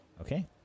Okay